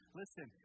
listen